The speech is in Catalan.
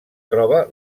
troba